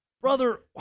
Brother